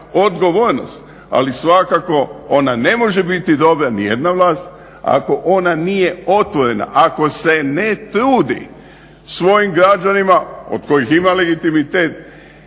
odgovornost, ali svakako ona ne može biti dobra nijedna vlast ako ona nije otvorena, ako se ne trudi svojim građanima od kojih ima legitimitet,